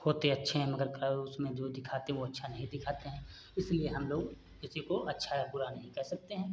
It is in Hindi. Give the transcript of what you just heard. होते अच्छे हैं मगर उसमें जो दिखाते वह अच्छा नहीं दिखाते हैं इसलिए हमलोग किसी को अच्छा या बुरा नहीं कह सकते हैं